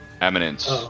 eminence